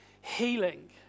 healing